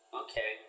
okay